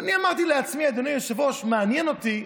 ואני אמרתי לעצמי, אדוני היושב-ראש: מעניין אותי,